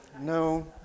No